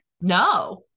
no